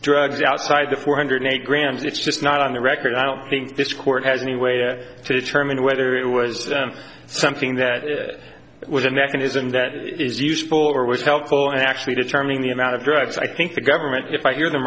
drugs outside the four hundred eight grams it's just not on the record i don't think this court has any way to determine whether it was something that it was a mechanism that is useful or was helpful actually determining the amount of drugs i think the government if i hear them